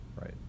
right